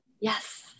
yes